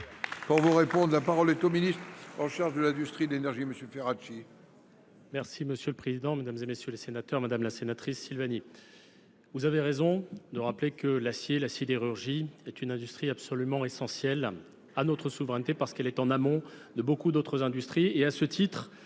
Pour vous répondre, la parole est au ministre en charge de l'industrie d'énergie, monsieur Ferracchi.